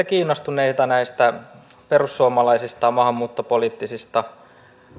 kiinnostuneita näistä perussuomalaisista maahanmuuttopoliittisista